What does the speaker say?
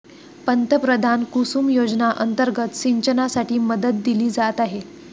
पंतप्रधान कुसुम योजना अंतर्गत सिंचनासाठी मदत दिली जात आहे